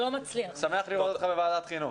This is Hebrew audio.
שמח לראות אותך בוועדת החינוך.